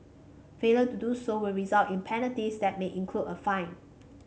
failure to do so will result in penalties that may include a fine